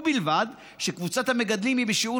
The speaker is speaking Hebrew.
ובלבד שקבוצת המגדלים היא בשיעור